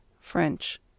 French